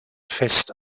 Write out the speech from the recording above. fest